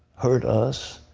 hurt us,